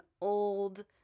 old